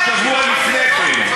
רק שבוע לפני כן,